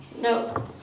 No